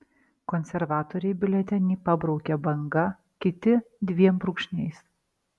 konservatoriai biuletenį pabraukia banga kiti dviem brūkšniais